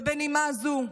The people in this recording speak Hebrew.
ובנימה זו,